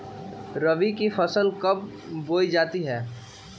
रबी की फसल कब बोई जाती है?